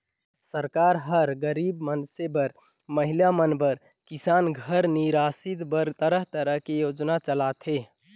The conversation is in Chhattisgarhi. सरकार हर गरीब मइनसे बर, महिला मन बर, किसान घर निरासित बर तरह तरह के योजना चलाथे